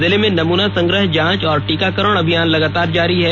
जिले में नमूना संग्रह जांच और टीकाकरण अभियान लगातार जारी है